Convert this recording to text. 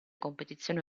competizioni